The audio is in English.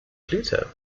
pluto